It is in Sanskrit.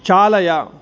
चालय